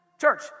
church